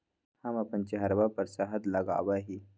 हम अपन चेहरवा पर शहद लगावा ही